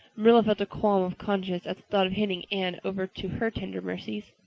marilla felt a qualm of conscience at the thought of handing anne over to her tender mercies.